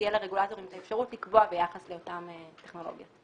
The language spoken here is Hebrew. לרגולטורים את האפשרות לקבוע ביחס לאותן טכנולוגיות.